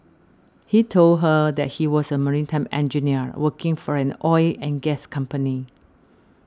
he told her that he was a maritime engineer working for an oil and gas company